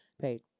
paid